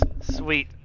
Sweet